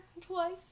Twice